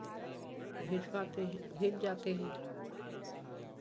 भीग कर आते हैं भीग जाते हैं